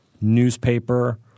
newspaper